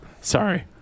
Sorry